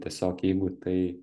tiesiog jeigu tai